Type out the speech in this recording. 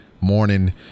Morning